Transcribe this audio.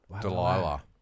Delilah